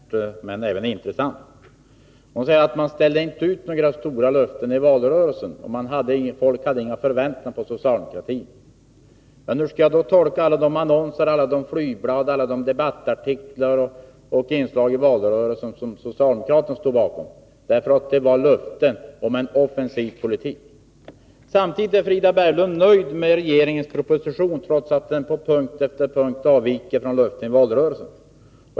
Herr talman! Delar av Frida Berglunds anförande var anmärkningsvärda men också intressanta. Hon sade att socialdemokraterna inte ställde ut några stora löften i valrörelsen och att folk därför inte haft några förväntningar. Hur skall jag då tolka alla de annonser, flygblad, debattartiklar och andra inslag i valrörelsen som socialdemokraterna stod bakom? Det var löften om en offensiv politik. ; Samtidigt är Frida Berglund nöjd med regeringens proposition, trots att den på punkt efter punkt avviker från löften i valrörelsen.